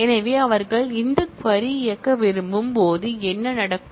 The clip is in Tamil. எனவே அவர்கள் இந்த க்வரி இயக்க விரும்பும் போது என்ன நடக்கும்